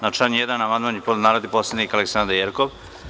Na član 1. amandman je podneo narodni poslanik Aleksandra Jerkov.